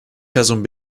person